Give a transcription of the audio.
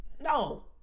No